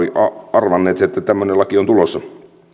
arvanneet sen että tämmöinen laki on tulossa